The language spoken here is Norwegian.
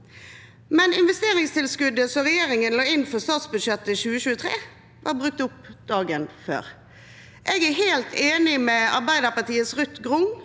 men investeringstilskuddet regjeringen la inn i stats budsjettet for 2023, var brukt opp dagen før. Jeg er helt enig med Arbeiderpartiets Ruth Grung,